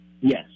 Yes